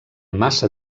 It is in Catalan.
massa